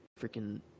freaking